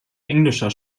englischer